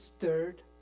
third